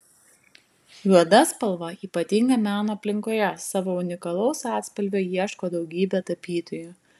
juoda spalva ypatinga meno aplinkoje savo unikalaus atspalvio ieško daugybė tapytojų